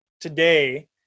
today